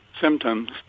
symptoms